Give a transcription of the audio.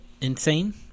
insane